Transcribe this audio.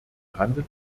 handelt